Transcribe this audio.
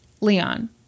Leon